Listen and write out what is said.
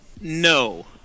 No